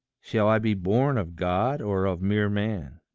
shall i be born of god, or of mere man?